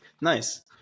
Nice